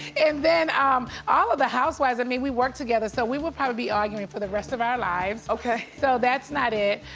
and then um all of the housewives. i mean, we worked together so we will probably be arguing for the rest of our lives. okay. so that's not it.